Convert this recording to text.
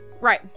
Right